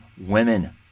women